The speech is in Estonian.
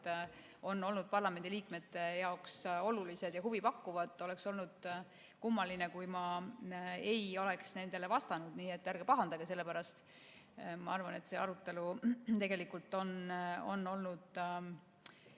olnud parlamendi liikmete jaoks olulised ja huvipakkuvad. Oleks olnud kummaline, kui ma ei oleks nendele vastanud. Nii et ärge pahandage sellepärast. Ma arvan, et see arutelu tegelikult on olnud